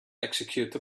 execute